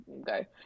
Okay